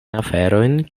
aferojn